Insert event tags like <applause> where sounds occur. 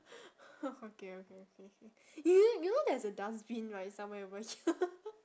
<laughs> okay okay okay okay y~ you know there's a dustbin right somewhere over here <laughs>